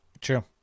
true